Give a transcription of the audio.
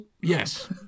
Yes